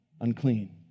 unclean